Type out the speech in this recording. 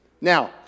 Now